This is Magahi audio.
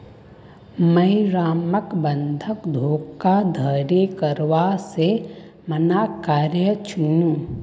मुई रामक बंधक धोखाधड़ी करवा से माना कर्या छीनु